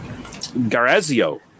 Garazio